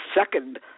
second